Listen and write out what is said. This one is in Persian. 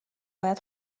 باید